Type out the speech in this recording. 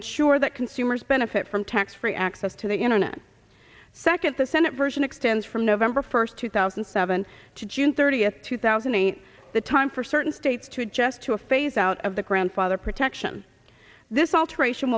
ensure that consumers benefit from tax free access to the internet second the senate version extends from november first two thousand and seven to june thirtieth two thousand and eight the time for certain states to adjust to a phase out of the and father protection this alteration